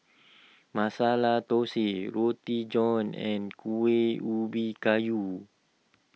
Masala Thosai Roti John and Kueh Ubi Kayu